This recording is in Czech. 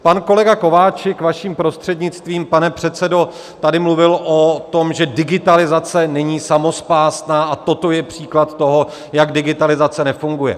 Pan kolega Kováčik, vaším prostřednictvím, pane předsedo, tady mluvil o tom, že digitalizace není samospásná a toto je příklad toho, jak digitalizace nefunguje.